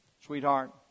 Sweetheart